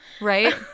right